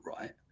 right